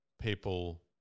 people